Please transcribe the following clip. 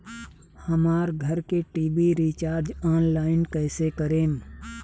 हमार घर के टी.वी रीचार्ज ऑनलाइन कैसे करेम?